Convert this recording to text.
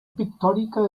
pictòrica